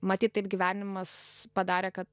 matyt taip gyvenimas padarė kad